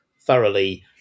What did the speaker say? thoroughly